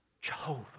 Jehovah